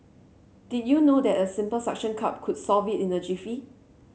did you know that a simple suction cup could solve it in a jiffy